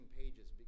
pages